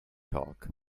talk